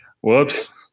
Whoops